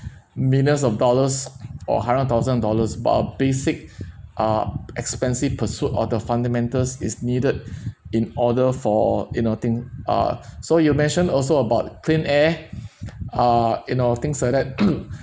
millions of dollars or a hundred thousand dollars but basic uh expensive pursuit or the fundamentals is needed in order for you know thing ah so you mentioned also about clean air uh you know things like that